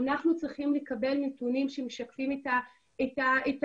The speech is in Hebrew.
אנחנו צריכים לקבל נתונים שמשקפים את התיקים,